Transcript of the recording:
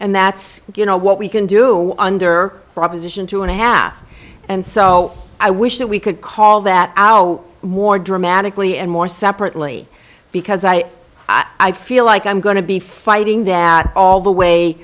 and that's you know what we can do under proposition two and a half and so i wish that we could call that our more dramatically and more separately because i i feel like i'm going to be fighting that all the way